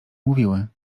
mówiły